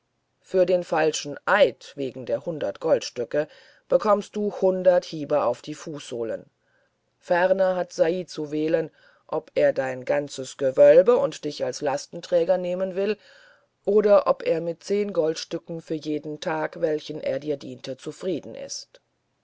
für den falschen eid wegen der hundert goldstücke bekommst du hundert hiebe auf die fußsohlen ferner hat said zu wählen ob er dein ganzes gewölbe und dich als lastträger nehmen will oder ob er mit goldstücken für jeden tag welchen er dir diente zufrieden ist